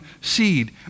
seed